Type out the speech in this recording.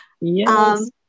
Yes